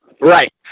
Right